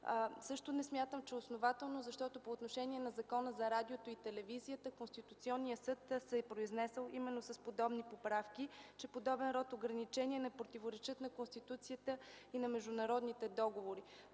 също не смятам, че е основателно, защото по отношение на Закона за радиото и телевизията Конституционният съд се е произнесъл именно с подобни поправки, че подобен род ограничения не противоречат на Конституцията и на международните договори.